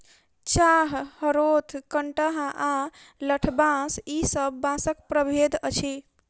चाभ, हरोथ, कंटहा आ लठबाँस ई सब बाँसक प्रभेद अछि